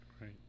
Right